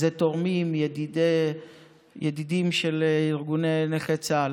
אלה תורמים, ידידים של ארגוני נכי צה"ל.